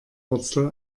wurzel